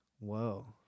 whoa